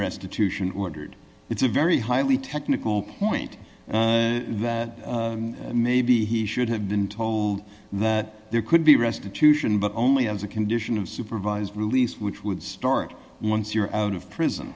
restitution ordered it's a very highly technical point that maybe he should have been told that there could be restitution but only as a condition of supervised release which would start once you're out of prison